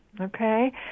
Okay